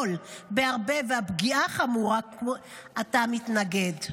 גדול בהרבה והפגיעה חמורה, אתה מתנגד?